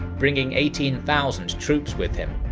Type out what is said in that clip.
bringing eighteen thousand troops with him.